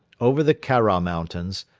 over the khara mountains,